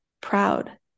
proud